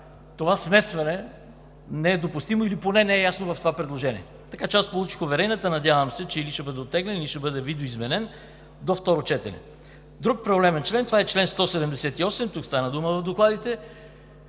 Такова смесване не е допустимо, или поне не е ясно в това предложение. Аз получих уверенията – надявам се, че или ще бъде оттеглен, или ще бъде видоизменен до второ четене. Друг проблемен член е чл. 178 – стана дума в докладите,